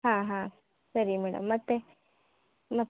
ಹಾಂ ಹಾಂ ಸರಿ ಮೇಡಮ್ ಮತ್ತೆ ಮತ್ತೆ